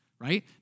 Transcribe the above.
right